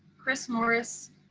chris morris,